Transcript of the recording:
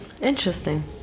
Interesting